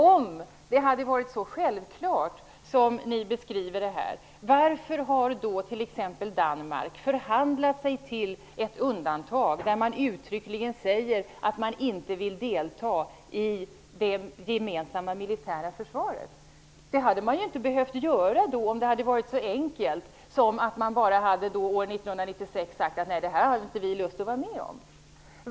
Om det hade varit så självklart, som ni beskriver det här, varför har då t.ex. Danmark förhandlat sig till ett undantag, där man uttryckligen säger att man inte vill delta i det gemensamma militära försvaret? Det hade man inte behövt göra om det hade varit så enkelt som att man år 1996 bara sagt att man inte hade lust att vara med.